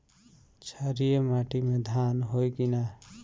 क्षारिय माटी में धान होई की न?